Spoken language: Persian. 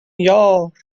یار